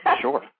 Sure